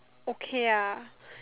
okay ah